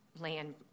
land